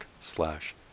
slash